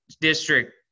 district